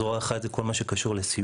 זרוע אחת היא לכל מה שקשור בסיוע: